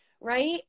right